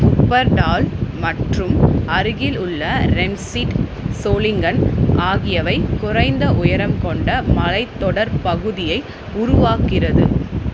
Wuppertal மற்றும் அருகில் உள்ள ரெம்சீட் சோலிங்கன் ஆகியவை குறைந்த உயரம் கொண்ட மலை தொடர் பகுதியை உருவாக்குகிறது